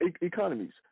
economies